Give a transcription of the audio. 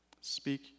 speak